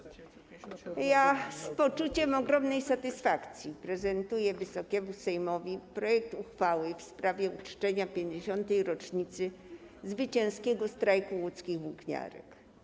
Z poczuciem ogromnej satysfakcji prezentuję Wysokiemu Sejmowi projekt uchwały w sprawie uczczenia 50. rocznicy zwycięskiego strajku łódzkich włókniarek.